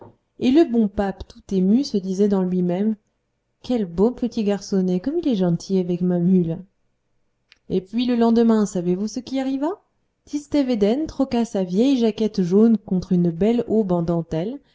et le bon pape tout ému se disait dans lui-même quel bon petit garçonnet comme il est gentil avec ma mule et puis le lendemain savez-vous ce qui arriva tistet védène troqua sa vieille jaquette jaune contre une belle aube en dentelles